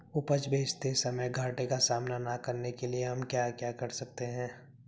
उपज बेचते समय घाटे का सामना न करने के लिए हम क्या कर सकते हैं?